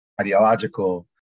ideological